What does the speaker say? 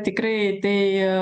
tikrai tai